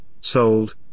sold